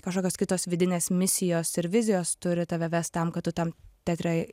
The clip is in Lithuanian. kažkokios kitos vidinės misijos ir vizijos turi tave vest tam kad tu tam teatre